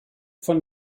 von